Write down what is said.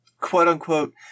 quote-unquote